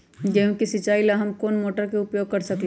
गेंहू के सिचाई ला हम कोंन मोटर के उपयोग कर सकली ह?